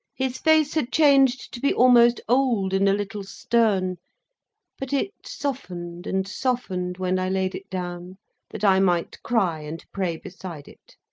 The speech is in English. his face had changed to be almost old and a little stern but, it softened, and softened when i laid it down that i might cry and pray beside it